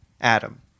adam